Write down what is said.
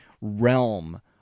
realm